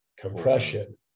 compression